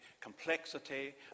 complexity